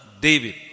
David